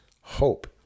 hope